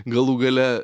galų gale